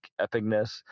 epicness